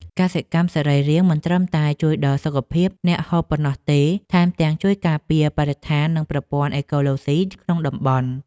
កសិកម្មសរីរាង្គមិនត្រឹមតែជួយដល់សុខភាពអ្នកហូបប៉ុណ្ណោះទេ ថែមទាំងជួយការពារបរិស្ថាននិងប្រព័ន្ធអេកូឡូស៊ីក្នុងតំបន់។